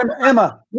Emma